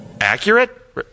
Accurate